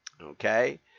Okay